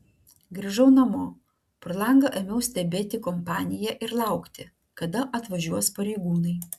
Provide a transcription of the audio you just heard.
grįžau namo pro langą ėmiau stebėti kompaniją ir laukti kada atvažiuos pareigūnai